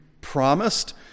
promised